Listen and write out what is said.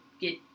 get